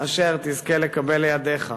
אשר תזכה לקבל לידיך.